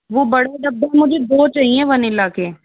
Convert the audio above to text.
वो बड़े डिब्बा में भी दो चाहिए वनीला के